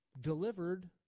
delivered